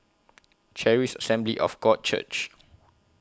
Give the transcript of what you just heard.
Charis Assembly of God Church